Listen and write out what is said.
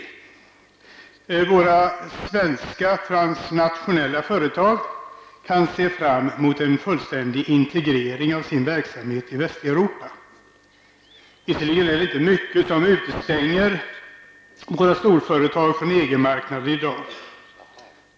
Våra svenska transnationella företag kan se fram emot en fullständig integrering av sin verksamhet i Västeuropa. Visserligen är det inte mycket som utestänger våra storföretag från EG marknaden i dag.